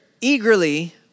eagerly